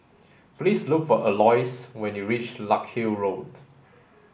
please look for Alois when you reach Larkhill Road